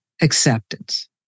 Acceptance